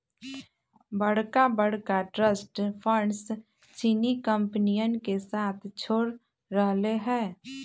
बड़का बड़का trust funds चीनी कंपनियन के साथ छोड़ रहले है